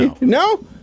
No